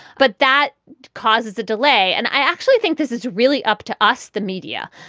but that causes a delay. and i actually think this is really up to us, the media.